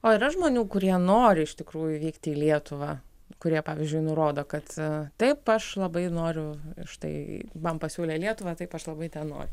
o yra žmonių kurie nori iš tikrųjų vykti į lietuvą kurie pavyzdžiui nurodo kad taip aš labai noriu štai man pasiūlė lietuvą taip aš labai ten noriu